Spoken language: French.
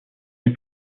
les